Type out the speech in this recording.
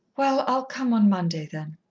well, i'll come on monday, then.